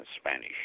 Spanish